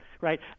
Right